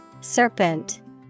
serpent